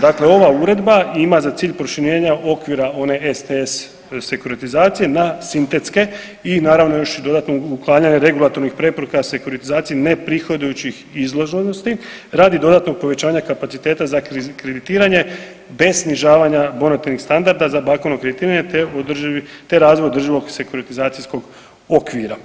Dakle ova uredba ima za cilj proširenja okvira one STS sekuritizacije na sintetske i naravno još dodatno uklanjaju regulatornih preporuka sekuritizacije ne prihodujući ih izloženosti radi dodatnog povećanja kapaciteta za kreditiranje bez snižavanja bonitetnih standarda za bankovno kreditiranje, te razvoj održivog sekuritizacijskog okvira.